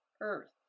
earth